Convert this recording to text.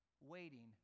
waiting